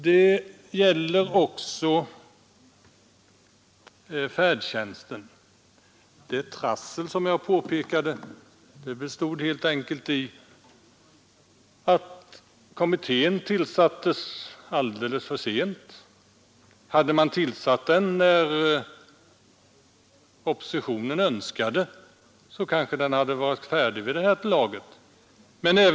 Det gäller också färdtjänsten. Det trassel jag påpekade beror helt enkelt på att kommittén tillsattes alldeles för sent. Hade den tillsatts när oppositionen första gången begärde det, kanske kommittén hade varit färdig med sitt arbete vid det här laget.